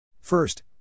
First